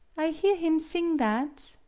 i hear him sing that,